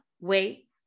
wait